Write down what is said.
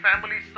families